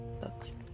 books